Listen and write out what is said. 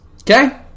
Okay